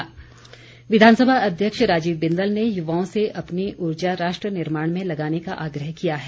बिंदल विधानसभा अध्यक्ष राजीव बिंदल ने युवाओं से अपनी ऊर्जा राष्ट्र निर्माण में लगाने का आग्रह किया है